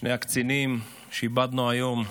שני הקצינים שאיבדנו היום,